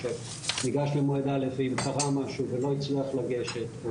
ניגש למועד א' ואם קרה משהו ולא הצליח לגשת או